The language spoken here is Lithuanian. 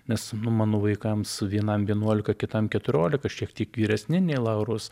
nes nu mano vaikams vienam vienuolika kitam keturiolika šiek tiek vyresni nei lauros